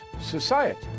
society